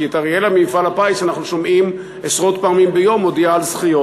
כי את אראלה ממפעל הפיס אנחנו שומעים עשרות פעמים ביום מודיעה על זכיות,